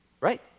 right